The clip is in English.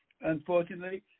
Unfortunately